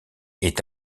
est